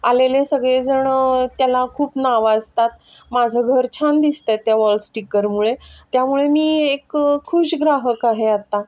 आलेले सगळेजण त्याला खूप नावाजतात माझं घर छान दिसत आहे त्या वॉलस्टिकरमुळे त्यामुळे मी एक खुश ग्राहक आहे आता